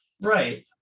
Right